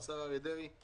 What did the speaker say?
השר אריה דרעי,